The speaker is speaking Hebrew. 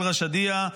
אל-ראשידיה,